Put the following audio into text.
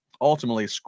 Ultimately